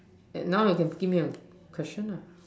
and now you can give me a question lah